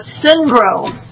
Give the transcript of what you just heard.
syndrome